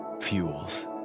fuels